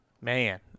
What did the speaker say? Man